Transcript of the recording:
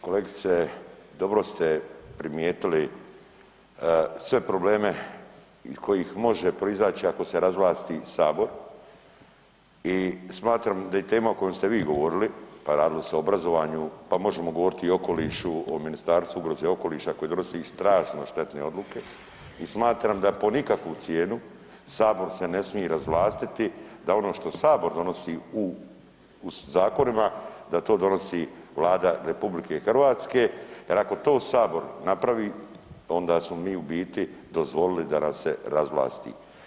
Kolegice, dobro ste primijetili sve probleme iz kojih može proizaći ako se razvlasti Sabor i smatram da tema kojom ste vi govorili, a radi se o obrazovanju, pa možemo govoriti o okolišu, o ministarstvu ugroze okoliša koji donosi strašno štetne odluke i smatram da po nikakvu cijenu Sabor se ne smije razvlastiti da ono što Sabor donosi u zakonima, da to donosi Vlada RH jer ako to Sabor napravi, onda smo mi u biti dozvolili da nas se razvlasti.